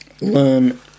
learn